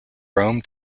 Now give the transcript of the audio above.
rome